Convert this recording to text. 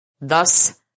Thus